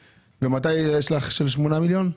מתי היו הכנסות של 8 מיליון?